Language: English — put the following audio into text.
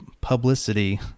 publicity